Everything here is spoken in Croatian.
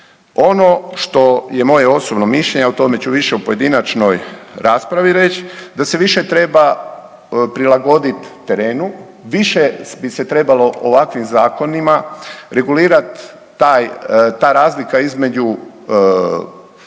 Ono što je moje osobno mišljenje, a o tome ću više u pojedinačnoj raspravi reć da se više treba prilagodit terenu, više bi se trebalo ovakvim zakonima regulirat ta razlika između onih